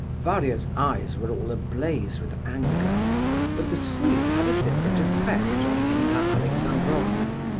varia's eyes were all ablaze with anger but the scene had a different effect on nina alexandrovna.